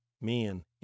man